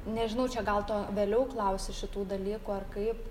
nežinau čia gal to vėliau klausi šitų dalykų ar kaip